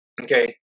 okay